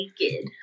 naked